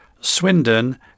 Swindon